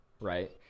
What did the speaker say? right